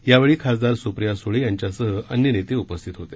यावेळी खासदार सुप्रिया सुळे यांच्यासह अन्य नेते उपस्थित होते